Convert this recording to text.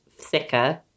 thicker